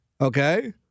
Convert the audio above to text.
okay